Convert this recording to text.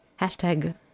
Hashtag